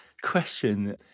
question